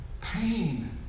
pain